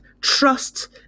trust